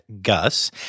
Gus